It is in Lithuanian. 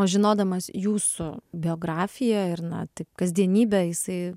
o žinodamas jūsų biografiją ir na taip kasdienybę jisai